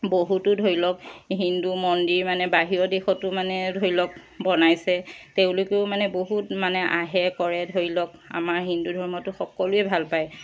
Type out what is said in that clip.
বহুতো ধৰি লওক হিন্দু মন্দিৰ মানে বাহিৰৰ দেশতো মানে ধৰি লওক বনাইছে তেওঁলোকেও মানে বহুত মানে আহে কৰে ধৰি লওক আমাৰ হিন্দু ধৰ্মটো সকলোৱে ভাল পায়